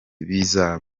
bizaba